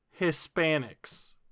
Hispanics